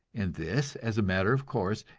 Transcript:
and this as a matter of course,